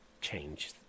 change